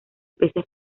peces